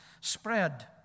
spread